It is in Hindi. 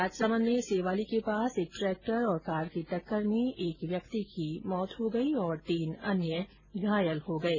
राजसमंद में सेवाली के पास एक ट्रेक्टर और कार की टक्कर में एक व्यक्ति की मौत हो गई और तीन अन्य घायल हो गये